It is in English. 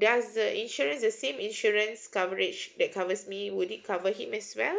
does the insurance the same insurance coverage that covers me would it cover him as well